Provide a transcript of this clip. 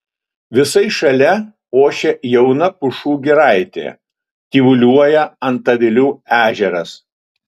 visai šalia ošia jauna pušų giraitė tyvuliuoja antavilių ežeras